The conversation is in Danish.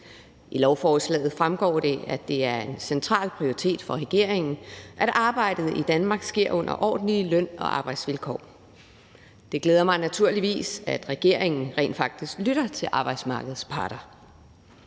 I lovforslaget fremgår det, at det er en central prioritet for regeringen, at arbejdet i Danmark sker under ordentlige løn- og arbejdsvilkår. Det glæder mig naturligvis, at regeringen rent faktisk lytter til arbejdsmarkedets parter.